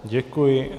Děkuji.